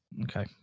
Okay